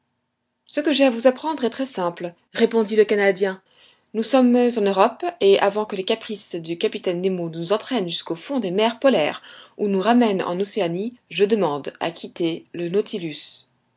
ce que j'ai à vous apprendre est très simple répondit le canadien nous sommes en europe et avant que les caprices du capitaine nemo nous entraînent jusqu'au fond des mers polaires ou nous ramènent en océanie je demande à quitter le nautilus